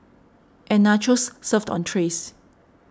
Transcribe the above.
and Nachos served on trays